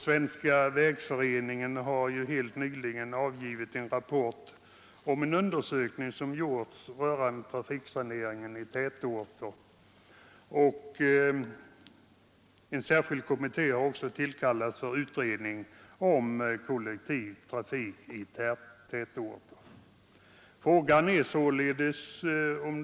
Svenska vägföreningen har helt nyligen avgivit en rapport om en undersökning som gjorts rörande trafiksaneringen i tätorter. En särskild kommitté har också tillkallats för utredning om kollektiv trafik i tätorter.